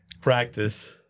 Practice